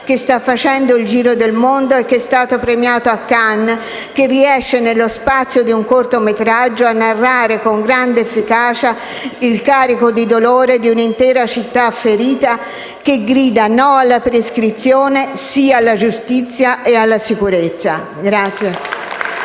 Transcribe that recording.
che sta facendo il giro del mondo e che è stato premiato a Cannes perché riesce, nello spazio di un cortometraggio, a narrare con grande efficacia il carico di dolore di un'intera città ferita che grida: «No alla prescrizione e sì alla giustizia e alla sicurezza».